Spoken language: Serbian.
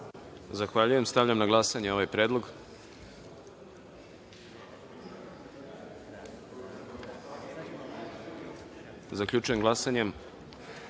Zahvaljujem. Stavljam na glasanje ovaj predlog. Zaključujem glasanje